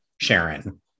Sharon